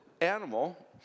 animal